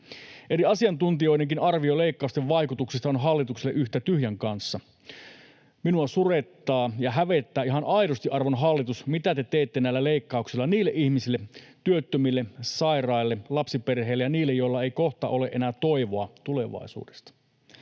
Eri asiantuntijoidenkin arvio leikkausten vaikutuksista on hallitukselle yhtä tyhjän kanssa. Minua surettaa ja hävettää ihan aidosti, arvon hallitus, mitä te teette näillä leikkauksilla niille ihmisille, työttömille, sairaille, lapsiperheille ja niille, joilla ei kohta ole enää toivoa tulevaisuudesta.